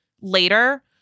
later